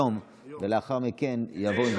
ולאחר מכן זה יעבור,